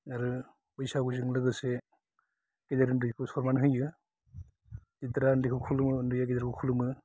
आरो बैसागुजों लोगोसे गेदेर उन्दैखौ सन्मान होयो गिदिरा उन्दैखौ खुलुमो उन्दैया गिदिरखौ खुलुमो